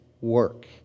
work